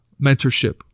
mentorship